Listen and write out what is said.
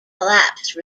collapse